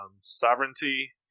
Sovereignty